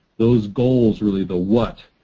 those goals, really the what,